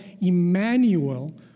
Emmanuel